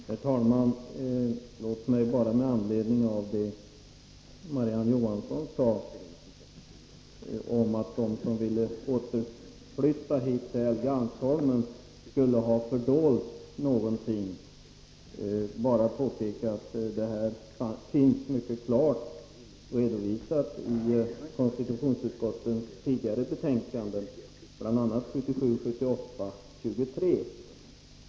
Herr talman! Låt mig bara, med anledning av att Marie-Ann Johansson sade att de som ville återflytta till Helgeandsholmen dolde någonting, påpeka att allt finns mycket klart redovisat i konstitutionsutskottets tidigare betänkanden, bl.a. 1977/78:23.